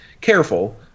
careful